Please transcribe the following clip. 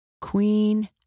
Queen